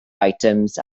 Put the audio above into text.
items